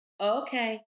Okay